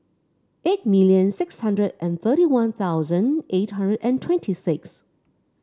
eight million six hundred and thirty One Thousand eight hundred and twenty six